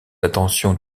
attentions